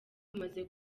bumaze